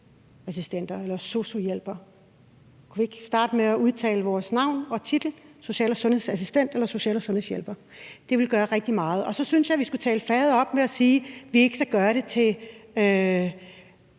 eller sosu-hjælpere. Kunne I ikke starte med at udtale vores navn og titel: social- og sundhedsassistent eller social- og sundhedshjælper? Det ville gøre rigtig meget. Og så synes jeg, at vi skal tale faget op ved at sige, at vi ikke skal gøre det til